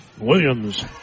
Williams